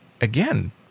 again